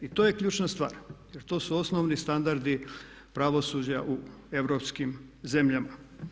I to je ključna stvar jer to su osnovni standardi pravosuđa u europskim zemljama.